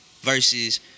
versus